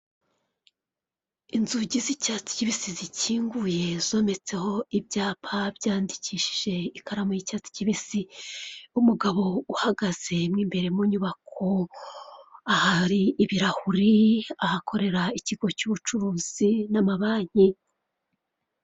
Inzugi z'icyatsi kibisi zikinguye, zometseho ibyapa byandikishije ikaramu y'icyatsi kibisi. Umugabo uhagaze mo imbere mu nyubako, ahari ibirahuri ahakorera ikigo cy'ubucuruzi n'amabanki.